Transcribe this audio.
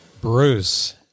Bruce